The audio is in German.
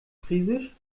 friesisch